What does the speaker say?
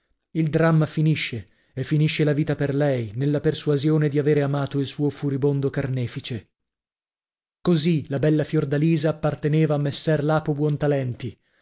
il dramma finisce e finisce la vita per lei nella persuasione di avere amato il suo furibondo carnefice così la bella fiordalisa apparteneva a messer lapo